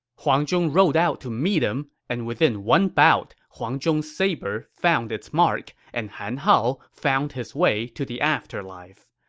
huang zhong rode out to meet him, and within one bout, huang zhong's sabre found its mark, and han hao found his way to the afterlife.